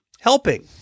helping